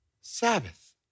Sabbath